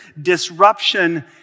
disruption